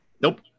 Nope